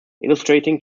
illustrating